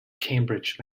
cambridge